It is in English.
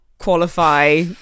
Qualify